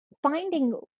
Finding